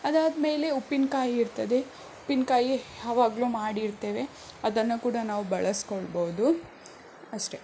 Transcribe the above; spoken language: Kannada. ಅದಾದ ಮೇಲೆ ಉಪ್ಪಿನಕಾಯಿ ಇರ್ತದೆ ಉಪ್ಪಿನಕಾಯಿ ಯಾವಾಗಲೂ ಮಾಡಿ ಇರ್ತೇವೆ ಅದನ್ನು ಕೂಡ ನಾವು ಬಳಸ್ಕೊಳ್ಬಹುದು ಅಷ್ಟೆ